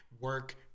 work